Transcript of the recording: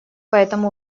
поэтому